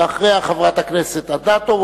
ואחריה חברת הכנסת רחל אדטו,